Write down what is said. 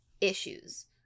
issues